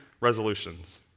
resolutions